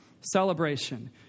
celebration